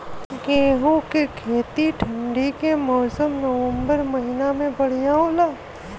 गेहूँ के खेती ठंण्डी के मौसम नवम्बर महीना में बढ़ियां होला?